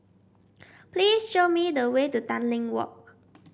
please show me the way to Tanglin Walk